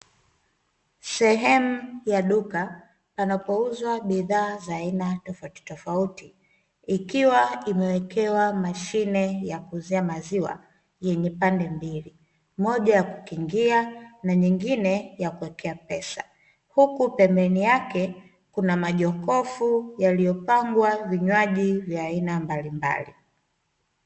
Sehemu ya duka panapouzwa bidhaa za aina tofautitofauti ikiwa imewekewa mashine ya kuuzia maziwa yenye pande mbili, moja ya kukingia na nyingine ya kuwekea pesa. Huku pembeni yake kuna majokofu yaliyopangwa vinywaji vya aina mbalimbali.